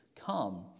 come